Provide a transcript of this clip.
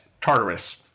Tartarus